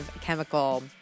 chemical